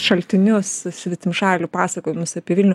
šaltinius svetimšalių pasakojimus apie vilnių